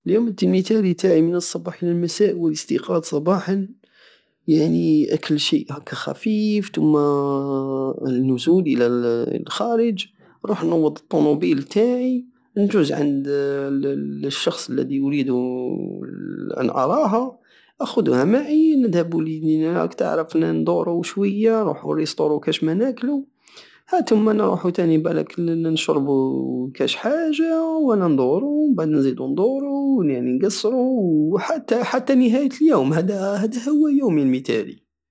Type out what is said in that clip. اليوم المتالي تاعي من الصباح للمساء هو الاستيقاض صباحا يعني اكل شيء هكا خفيف تما النزول الى الخارج نروح النوض الطونوبيل تاعي ونجوز عند الشخص الدي يريد ان اراها اخودها معي ندهب لراك تعرف ندورو شوية نروحو لريستورو كشما ناكلو هاتم نروحو تاني لبالاك لنشربو كش حاجة وانا ندورو ومبعد نزيدو ندورو ونقسرو وحتا حتا النهاية اليوم هدا- هدا هو يومي الميتالي